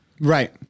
Right